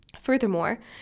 Furthermore